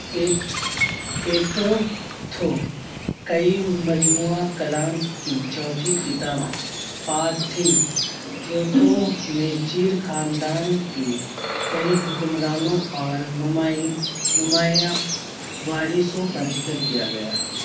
اے ایٹوتھو کئی مجموعہ کلام کی چوتھی کتاب پاتھیٹروتو میں چیر خاندان کی کئی حکمرانوں اور نمایاں وارثوں کا ذکر کیا گیا